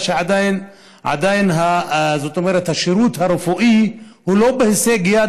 עדיין עבור חלק מהאוכלוסייה השירות הרפואי לא בהישג יד